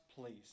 please